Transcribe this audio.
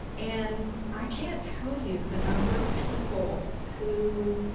and i can't tell you the number of people who